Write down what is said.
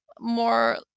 more